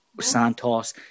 Santos